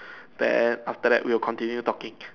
then after that we will continue talking